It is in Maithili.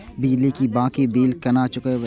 बिजली की बाकी बील केना चूकेबे?